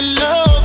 love